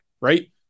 right